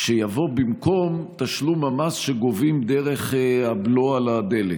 שיבוא במקום תשלום המס שגובים דרך הבלו על הדלק.